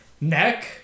Neck